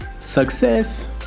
success